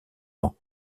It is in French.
ans